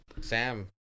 Sam